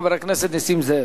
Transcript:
חבר הכנסת נסים זאב.